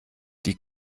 die